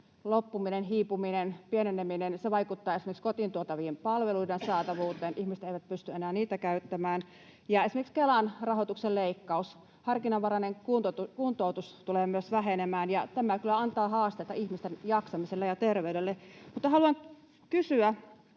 loppuminen, hiipuminen, pieneneminen — se vaikuttaa esimerkiksi kotiin tuotavien palveluiden saatavuuteen, ihmiset eivät pysty enää niitä käyttämään — ja esimerkiksi Kelan rahoituksen leikkaus. Harkinnanvarainen kuntoutus tulee myös vähenemään, ja tämä kyllä antaa haasteita ihmisten jaksamiselle ja terveydelle. Mutta haluan kysyä: